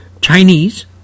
Chinese